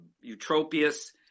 Eutropius